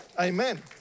amen